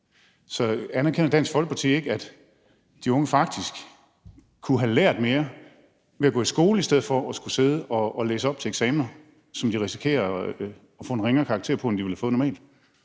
Så anerkender Dansk Folkeparti ikke, at de unge faktisk kunne have lært mere ved at gå i skole i stedet for at sidde og læse op til eksamener, som de risikerer at få en ringere karakter i, end de ville have fået normalt?